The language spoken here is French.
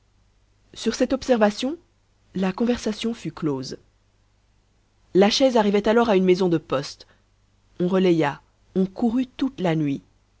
sur cette observation la conversation fut close la chaise arrivait alors à une maison de poste on relaya on courut toute la nuit